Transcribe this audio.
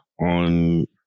on